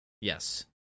Yes